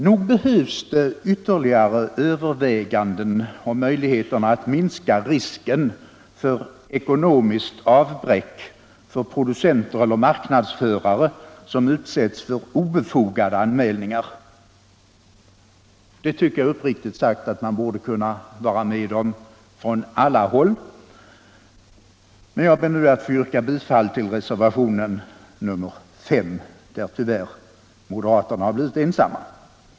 Nog behövs det ytterligare överväganden om möjligheterna att minska risken för ekonomiskt avbräck för producenter eller marknadsförare som utsätts för obefogade anmälningar. Det tycker jag uppriktigt sagt att man borde kunna vara med om från andra håll. Jag ber att få yrka bifall till reservationen 5, där tyvärr moderaterna har blivit ensamma.